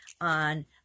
on